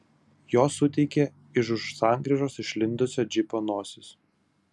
jos suteikė iš už sankryžos išlindusio džipo nosis